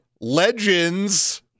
Legends